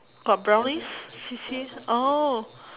got brownies C_C_A oh